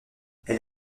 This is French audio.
elle